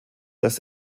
das